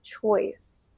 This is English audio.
choice